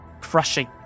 crushing